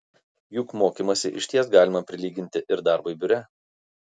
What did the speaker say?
juk mokymąsi išties galima prilyginti ir darbui biure